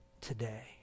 today